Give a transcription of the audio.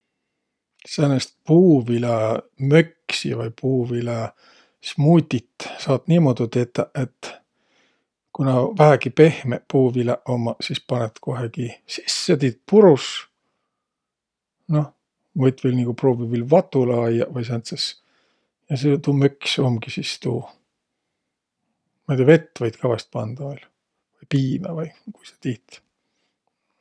Säänest puuvilämöksi vai puuviläsmuutit saat niimuudu tetäq, et ku nä vähägi pehmeq puuviläq ummaq, sis panõt kohegi sisse, tiit purus, noh, võit viil nigu pruuviq viil vatulõ ajjaq vai sääntses ja tuu möks umgi sis tuu. Ma ei tiiäq, vett võit ka vaest pandaq viil, vai piimä vai kuis sa tiit.